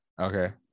Okay